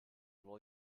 will